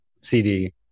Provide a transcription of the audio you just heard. CD